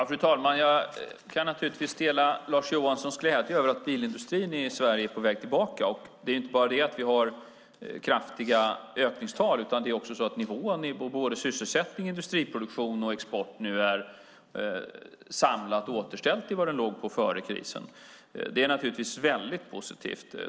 Fru talman! Jag kan naturligtvis dela Lars Johanssons glädje över att bilindustrin i Sverige är på väg tillbaka. Det är inte bara att vi har kraftiga ökningstal utan det är också så att sysselsättning, industriproduktion och export samlat nu är återställda till den nivå de låg på före krisen. Det är naturligtvis väldigt positivt.